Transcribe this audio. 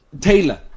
Taylor